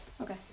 Okay